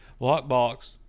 Lockbox